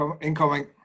incoming